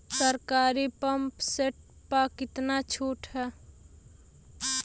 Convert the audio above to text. सरकारी pump set प कितना छूट हैं?